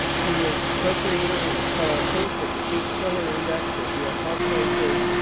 he is co-creator with carl case of the case-shiller index of us house prices.